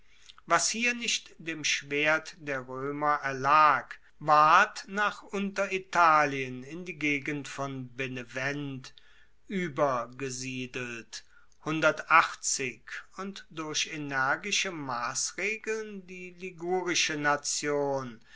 was hier nicht dem schwert der roemer erlag ward nach unteritalien in die gegend von benevent uebergesiedelt und durch energische massregeln die ligurische nation